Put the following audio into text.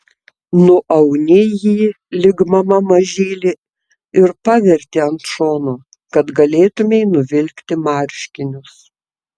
nuauni jį lyg mama mažylį ir paverti ant šono kad galėtumei nuvilkti marškinius